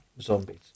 Zombies